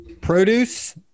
Produce